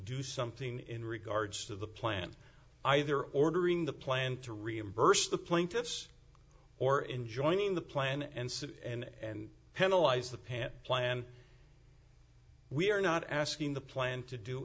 do something in regards to the plan either ordering the plant to reimburse the plaintiffs or in joining the plan and sit and penalize the pant plan we are not asking the plan to do